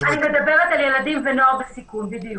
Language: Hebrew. אני מדברת על ילדים ונוער בסיכון, בדיוק.